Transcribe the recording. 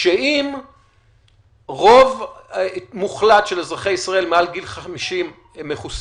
אם רוב מוחלט של אזרחי ישראל מעל גיל 50 מחוסנים,